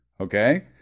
Okay